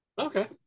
Okay